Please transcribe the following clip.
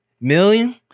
million